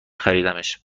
خریدمش